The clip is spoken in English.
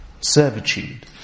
servitude